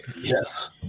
yes